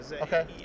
Okay